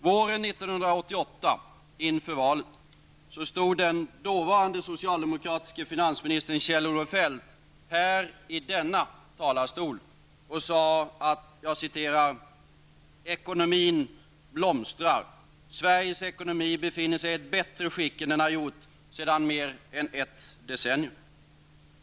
Våren 1988, inför valet, stod den dåvarande socialdemokratiska finansministern Kjell-Olof Feldt i denna talarstol och sade att ekonomin blomstrar och att Sveriges ekonomi befinner sig i ett bättre skick än den har gjort sedan mer än ett decennium.